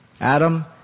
Adam